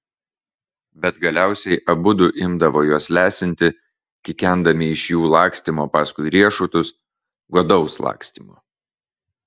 bet galiausiai abudu imdavo juos lesinti kikendami iš jų lakstymo paskui riešutus godaus lakstymo